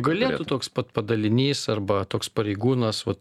galėtų toks pat padalinys arba toks pareigūnas vat